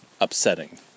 upsetting